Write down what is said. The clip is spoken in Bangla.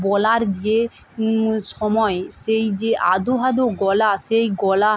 বলার যে সময় সেই যে আধো আধো গলা সেই গলা